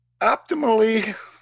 Optimally